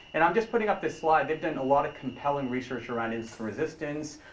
and i'm just putting up this slide. they've done a lot of compelling research around insulin resistance.